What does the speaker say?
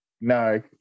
No